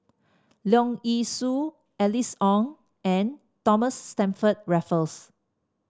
Leong Yee Soo Alice Ong and Thomas Stamford Raffles